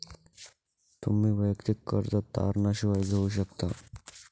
तुम्ही वैयक्तिक कर्ज तारणा शिवाय घेऊ शकता